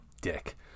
dick